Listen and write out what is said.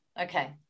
okay